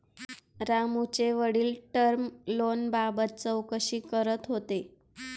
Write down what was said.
रामूचे वडील टर्म लोनबाबत चौकशी करत होते